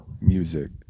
music